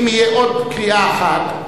אם תהיה עוד קריאה אחת,